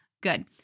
good